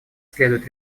следует